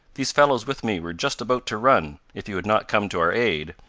these fellows with me were just about to run, if you had not come to our aid.